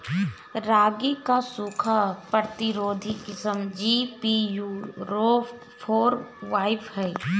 रागी क सूखा प्रतिरोधी किस्म जी.पी.यू फोर फाइव ह?